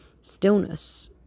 stillness